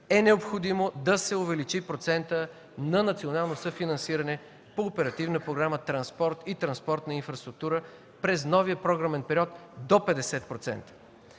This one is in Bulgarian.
е необходимо да се увеличи процентът на национално съфинансиране по Оперативна програма „Транспорт и транспортна инфраструктура” през новия програмен период до 50%.